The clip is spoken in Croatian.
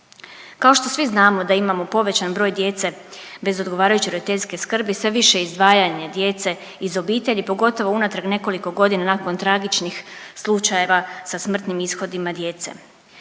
Kao što svi znamo da imamo povećan broj djece bez odgovarajuće roditeljske skrbi sve više izdvajanje djece iz obitelji pogotovo unatrag nekoliko godina nakon tragičnih slučajeva sa smrtnim ishodima djece.